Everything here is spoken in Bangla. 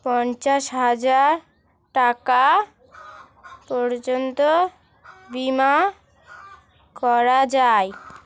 পঞ্চাশ হাজার টাকা পর্যন্ত বীমা করা যায়